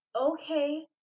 okay